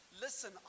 listen